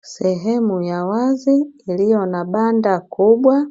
Sehemu ya wazi iliyo na banda kubwa